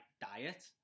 diet